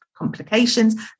complications